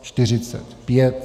45.